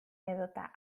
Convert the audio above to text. edota